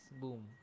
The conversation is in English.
Boom